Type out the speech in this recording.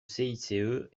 cice